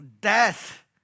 death